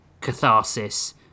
Catharsis